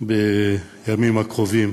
בימים הקרובים